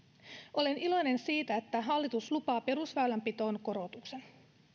olen iloinen siitä että hallitus lupaa perusväylänpitoon korotuksen